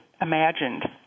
imagined